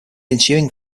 ensuing